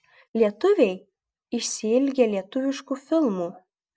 lietuviai išsiilgę lietuviškų filmų